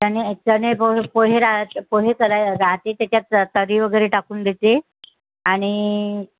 चने चने पोहे पोहे राहत पोहे कराय राहते त्याच्यात तर्री वगैरे टाकून देते आणि